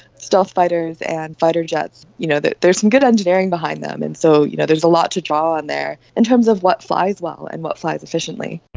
stealth fighters and fighter jets, you know there's some good engineering behind them, and so you know there's a lot to draw on there in terms of what flies well and what flies efficiently.